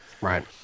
Right